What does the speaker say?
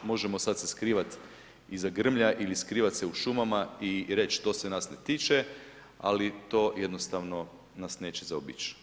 Možemo sad se skrivat iza grmlja ili skrivat se u šumama i reći to se nas ne tiče, ali to jednostavno nas neće zaobići.